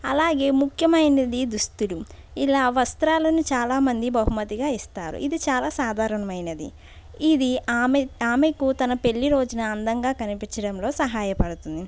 అలాగే ముఖ్యమైనది దుస్తులు ఇలా వస్త్రాలను చాలామంది బహుమతిగా ఇస్తారు ఇది చాలా సాధారణమైనది ఇది ఆమె ఆమెకు తన పెళ్ళి రోజున అందంగా కనిపించడంలో సహాయపడుతుంది